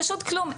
פשוט כלום,